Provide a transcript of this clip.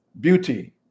beauty